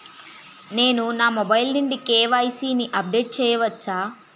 నేను నా మొబైల్ నుండి కే.వై.సీ ని అప్డేట్ చేయవచ్చా?